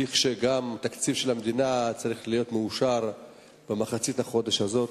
כשגם תקציב המדינה צריך להיות מאושר במחצית החודש הזה,